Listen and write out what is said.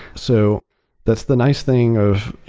so that's the nice thing of